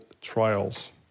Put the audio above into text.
trials